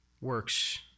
works